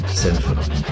symphony